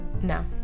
No